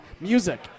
Music